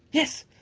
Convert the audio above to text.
yes!